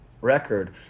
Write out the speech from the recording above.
record